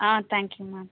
ah thank you ma'am